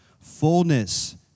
Fullness